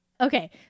Okay